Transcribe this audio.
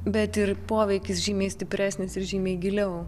bet ir poveikis žymiai stipresnis ir žymiai giliau